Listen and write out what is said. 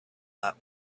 that